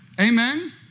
Amen